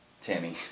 Tammy